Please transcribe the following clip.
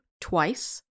twice